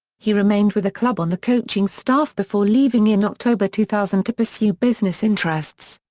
he remained with the club on the coaching staff before leaving in october two thousand to pursue business interests.